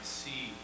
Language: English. see